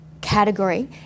category